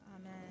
Amen